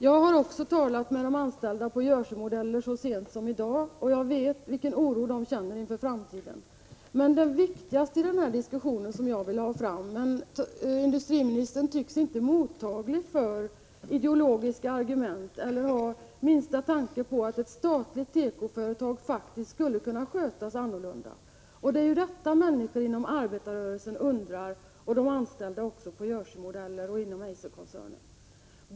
Så sent som i dag talade jag med anställda vid Jersey-Modeller, och jag vet vilken oro de känner inför framtiden. Industriministern tycks inte vara mottaglig för ideologiska argument eller ha minsta tanke på att ett statligt tekoföretag faktiskt skulle kunna skötas annorlunda. Det är på denna punkt som människor inom arbetarrörelsen undrar, liksom anställda vid Jersey-Modeller och inom Eiserkoncernen.